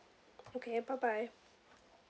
okay bye bye